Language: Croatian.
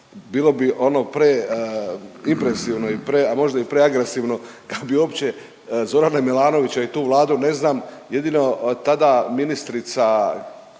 bilo bi ono preimpresivno, a možda i preagresivno kad bi uopće Zorana Milanovića i tu Vladu ne znam jedino tada ministrica